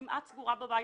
כמעט סגורה בבית,